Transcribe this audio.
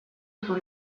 sul